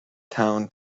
town